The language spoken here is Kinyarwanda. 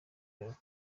werurwe